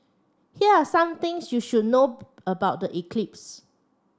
here some things you should know about the eclipse